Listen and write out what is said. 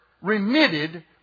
remitted